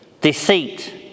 Deceit